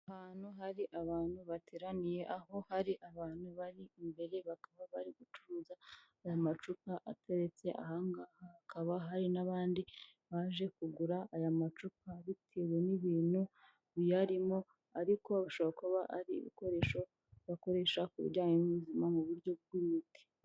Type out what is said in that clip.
Ahantu hari abantu bateraniye aho hari abantu bari imbere bakaba bari gucuruza aya macupa ateretse aha ngaha hakaba hari n'abandi baje kugura aya macupa bitewe n'ibintu biyarimo ariko bishobora kuba ari ibikoresho bakoresha ku bijyanye n'ubuzima mu buryo bw'imiti.